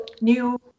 New